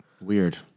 Weird